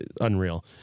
unreal